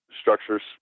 structures